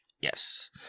Yes